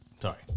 Sorry